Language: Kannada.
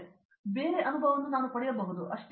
ಆದ್ದರಿಂದ ನಾನು ಬೇರೆ ಅನುಭವವನ್ನು ಪಡೆಯಬಹುದು ಅದು ಅಷ್ಟೆ